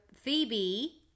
Phoebe